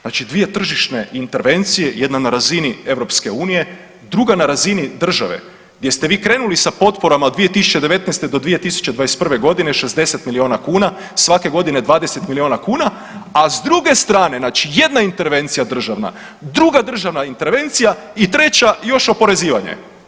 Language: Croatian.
Znači dvije tržišne intervencije, jedna na razini EU, druga na razini države gdje ste vi krenuli sa potporama od 2019.-2021.g. 60 milijuna kuna svake godine 20 milijuna kuna, a s druge strane znači jedna intervencija državna, druga državna intervencija i treća još oporezivanje.